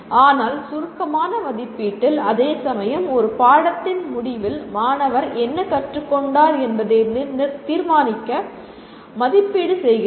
ஆனால் சுருக்கமான மதிப்பீட்டில் அதேசமயம் ஒரு பாடத்தின் முடிவில் மாணவர் என்ன கற்றுக்கொண்டார் என்பதை தீர்மானிக்க மதிப்பீடு செய்கிறீர்கள்